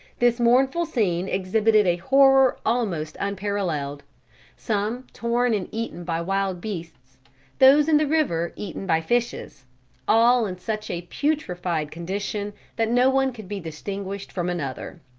this mournful scene exhibited a horror almost unparalleled some torn and eaten by wild beasts those in the river eaten by fishes all in such a putrified condition that no one could be distinguished from another.